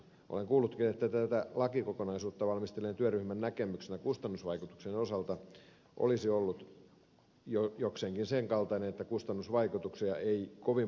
olen kuullutkin että tätä lakikokonaisuutta valmistelleen työryhmän näkemys kustannusvaikutuksien osalta olisi ollut jokseenkin sen kaltainen että kustannusvaikutuksia ei kovin paljoa ole